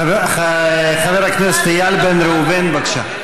חבר הכנסת איל בן ראובן, בבקשה.